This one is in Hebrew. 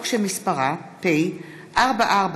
חוק הבנקאות (שירות ללקוח)